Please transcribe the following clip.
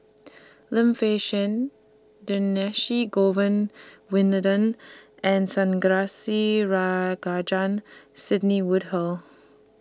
Lim Fei Shen Govin Winodan and Sidney Woodhull